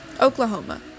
Oklahoma